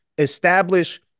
establish